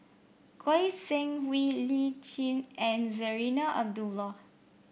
Goi Seng Hui Lee Tjin and Zarinah Abdullah